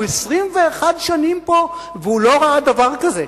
הוא 21 שנים פה והוא לא ראה דבר כזה.